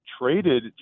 traded